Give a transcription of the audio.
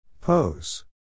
pose